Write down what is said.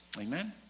Amen